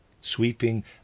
sweeping